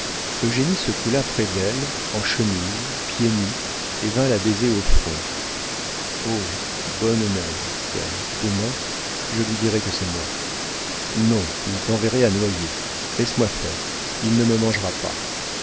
entendre eugénie se coula près d'elle en chemise pieds nus et vint la baiser au front oh bonne mère dit-elle demain je lui dirai que c'est moi non il t'enverrait à noyers laisse-moi faire il ne me mangera pas